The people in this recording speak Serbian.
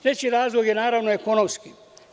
Treći razlog je, naravno, ekonomski.